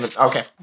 Okay